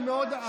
לא, לא נתת.